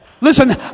listen